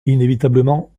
inévitablement